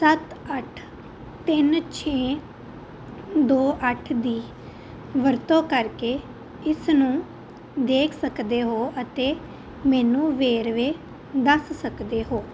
ਸੱਤ ਅੱਠ ਤਿੰਨ ਛੇ ਦੋ ਅੱਠ ਦੀ ਵਰਤੋਂ ਕਰਕੇ ਇਸ ਨੂੰ ਦੇਖ ਸਕਦੇ ਹੋ ਅਤੇ ਮੈਨੂੰ ਵੇਰਵੇ ਦੱਸ ਸਕਦੇ ਹੋ